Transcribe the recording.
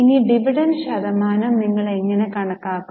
ഇനി ഡിവിഡന്റ് ശതമാനം നിങ്ങൾ എങ്ങനെ കണക്കാക്കും